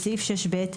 בסעיף 6(ב),